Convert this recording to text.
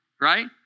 Right